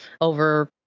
over